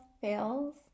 fails